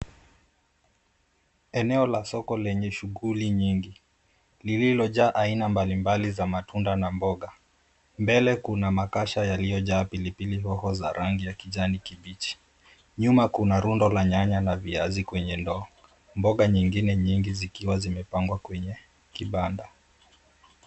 Eneo la soko lenye shughuli nyingi lililojaa aina mbalimbali za matunda na mboga. Mbele kuna makasha yaliyojaa pilipili hoho za rangi ya kijani kibichi. Nyuma kuna rundo la nyanya na viazi kwenye ndoo. Mboga nyingine nyingi zikiwa zimepangwa kwenye kibanda.